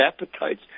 appetites